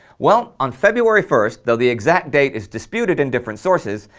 well, on february first, though the exact date is disputed in different sources,